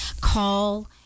Call